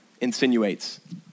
insinuates